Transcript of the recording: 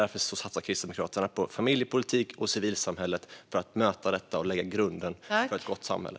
Därför satsar Kristdemokraterna på familjepolitik och civilsamhället, för att möta detta och lägga grunden för ett gott samhälle.